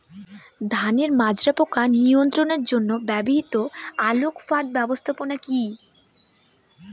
ধানের মাজরা পোকা নিয়ন্ত্রণের জন্য ব্যবহৃত আলোক ফাঁদ ব্যবস্থাপনা কি?